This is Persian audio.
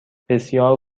بسیار